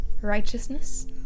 righteousness